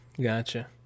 Gotcha